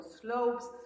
slopes